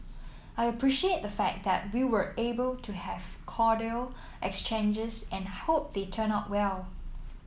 I appreciate the fact that we were able to have cordial exchanges and I hope they turn out well